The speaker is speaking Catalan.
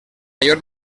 major